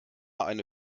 eine